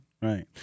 right